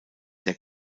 der